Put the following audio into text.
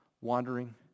wandering